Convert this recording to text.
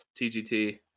TGT